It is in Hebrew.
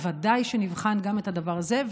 בוודאי נבחן גם את הדבר הזה,